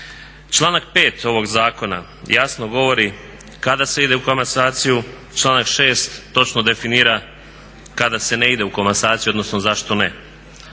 Članak 5.ovog zakona jasno govori kada se ide u komasaciju, članak 6.točno definira kada se ne ide u komasaciju odnosno zašto ne.